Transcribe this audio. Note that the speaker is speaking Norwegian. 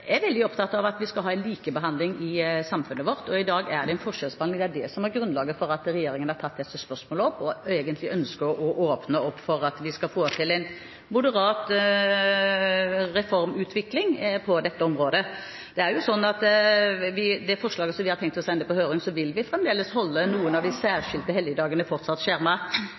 Jeg er veldig opptatt av at vi skal ha likebehandling i samfunnet vårt, og i dag er det forskjellsbehandling. Det er det som er grunnlaget for at regjeringen har tatt opp dette spørsmålet og ønsker å åpne opp for at vi skal få til en moderat reformutvikling på dette området. I det forslaget som vi har tenkt å sende på høring, vil vi fremdeles holde noen av de